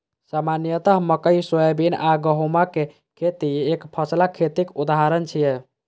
सामान्यतः मकइ, सोयाबीन आ गहूमक खेती एकफसला खेतीक उदाहरण छियै